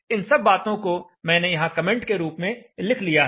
इन सब बातों को मैंने यहां कमेंट के रूप में लिख लिया है